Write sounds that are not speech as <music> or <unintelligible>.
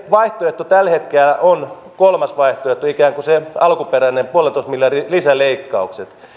<unintelligible> vaihtoehtonne tällä hetkellä on kolmas vaihtoehto ikään kuin se alkuperäinen yhden pilkku viiden miljardin lisäleikkaukset